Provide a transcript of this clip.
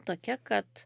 tokia kad